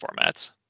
formats